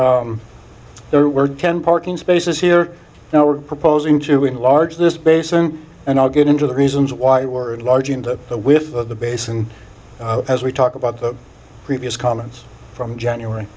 there were ten parking spaces here now we're proposing to a large this basin and i'll get into the reasons why we're a large into the with the basin as we talk about the previous comments from january